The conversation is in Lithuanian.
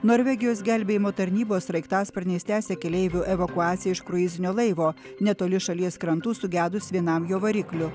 norvegijos gelbėjimo tarnybos sraigtasparnis tęsia keleivių evakuaciją iš kruizinio laivo netoli šalies krantų sugedus vienam jo variklių